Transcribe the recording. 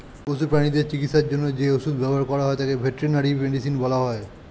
পশু প্রানীদের চিকিৎসার জন্য যে ওষুধ ব্যবহার করা হয় তাকে ভেটেরিনারি মেডিসিন বলা হয়